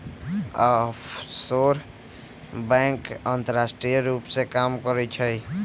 offshore bank अंतरराष्ट्रीय रूप से काम करइ छइ